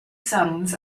sons